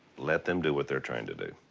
let them do what they're trained to do.